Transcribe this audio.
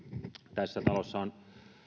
tässä talossa on